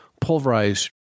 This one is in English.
pulverize